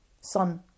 sun